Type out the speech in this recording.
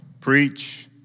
Preach